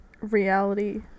Reality